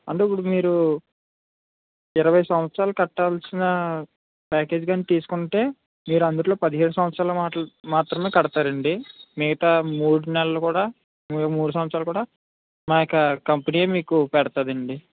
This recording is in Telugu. అంటే ఇప్పుడు మీరు ఇరవై సంవత్సరాలు కట్టాల్సిన ప్యాకేజ్ కానీ తీసుకుంటే మీరు అందులో పదిహేడు సంవత్సరాలు మాటల్ మాత్రమే కడతారు అండి మిగితా మూడు నెలలు కూడా ము మూడు సంవత్సరాలు కూడా మా యొక్క కంపెనీయే మీకు పెడుతుంది అండి